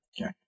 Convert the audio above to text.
Okay